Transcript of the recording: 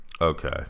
Okay